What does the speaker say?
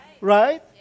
Right